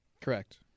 Correct